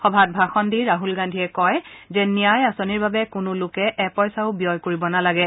সভাত ভাষণ দি ৰাহুল গান্ধীয়ে কয় যে ন্যায় আঁচনিৰ বাবে কোনো লোকে এপইচাও ব্যয় কৰিব নালাগে